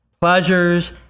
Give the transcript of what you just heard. pleasures